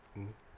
mm